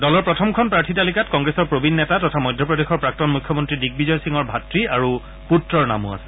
দলৰ প্ৰথমখন প্ৰাৰ্থী তালিকাত কংগ্ৰেছৰ প্ৰবীণ নেতা তথা মধ্যপ্ৰদেশৰ প্ৰাক্তন মুখ্যমন্ত্ৰী দিগ্বিজয় সিঙৰ ভাতৃ আৰু পুত্ৰৰ নামো আছে